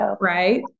Right